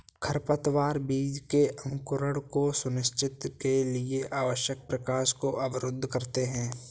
खरपतवार बीज के अंकुरण को सुनिश्चित के लिए आवश्यक प्रकाश को अवरुद्ध करते है